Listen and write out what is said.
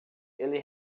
ele